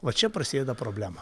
va čia prasideda problema